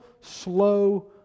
slow